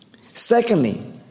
Secondly